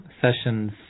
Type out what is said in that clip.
sessions